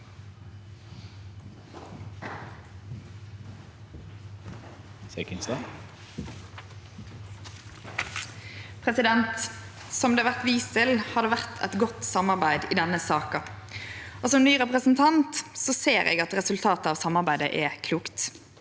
Som det vert vist til, har det vore eit godt samarbeid i denne saka, og som ny representant ser eg at resultatet av samarbeidet er klokt.